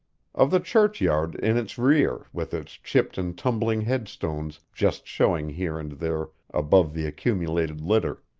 of the churchyard in its rear with its chipped and tumbling head stones just showing here and there above the accumulated litter.